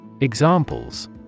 Examples